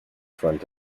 front